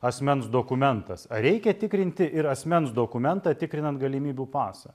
asmens dokumentas ar reikia tikrinti ir asmens dokumentą tikrinant galimybių pasą